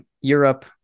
Europe